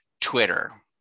Twitter